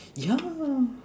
ya